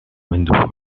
window